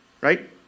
right